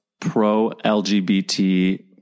pro-LGBT